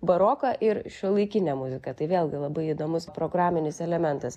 baroką ir šiuolaikinę muziką tai vėlgi labai įdomus programinis elementas